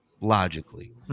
logically